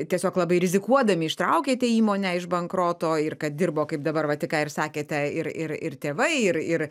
tiesiog labai rizikuodami ištraukėte įmonę iš bankroto ir kad dirbo kaip dabar va tik ką ir sakėte ir ir ir tėvai ir ir